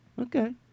Okay